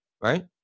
right